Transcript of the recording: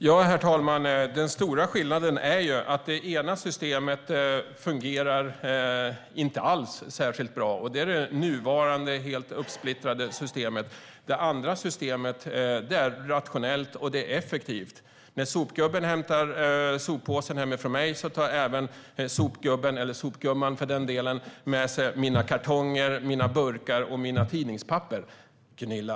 Herr talman! Den stora skillnaden är att det ena systemet - det nuvarande, uppsplittrade systemet - inte alls fungerar särskilt bra. Det andra systemet är rationellt och effektivt. När sopgubben, eller för den delen sopgumman, hämtar soppåsen hemifrån mig tar de även med sig mina kartonger, burkar och tidningspapper. Gunilla!